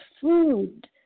food